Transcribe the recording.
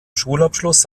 schulabschluss